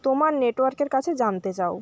তোমার নেটওয়ার্কের কাছে জানতে চাও